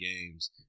games